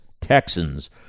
Texans